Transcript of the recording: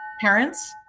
parents